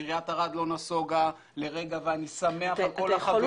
עירית ערד לא נסוגה לרגע ואני שמח על כל החברים